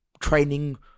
training